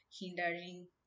hindering